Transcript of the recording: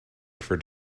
for